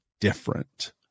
different